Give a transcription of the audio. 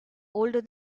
older